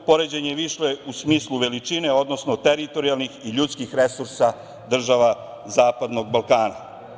Poređenje je išlo u smislu veličine, odnosno teritorijalnih i ljudskih resursa država Zapadnog Balkana.